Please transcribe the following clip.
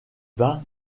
bas